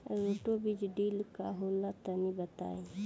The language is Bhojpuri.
रोटो बीज ड्रिल का होला तनि बताई?